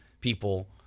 people